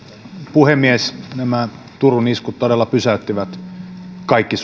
puhemies nämä turun iskut todella pysäyttivät kaikki